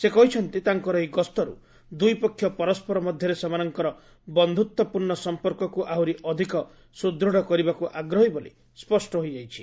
ସେ କହିଛନ୍ତି ତାଙ୍କର ଏହି ଗସ୍ତରୁ ଦୁଇ ପକ୍ଷ ପରସ୍କର ମଧ୍ୟରେ ସେମାନଙ୍କର ବନ୍ଧ୍ୟତ୍ୱପୂର୍ଣ୍ଣ ସମ୍ପର୍କକୁ ଆହୁରି ଅଧିକ ସୁଦୃଢ଼ କରିବାକୁ ଆଗ୍ରହୀ ବୋଲି ସ୍ୱଷ୍ଟ ହୋଇଯାଇଛି